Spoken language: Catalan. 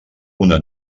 una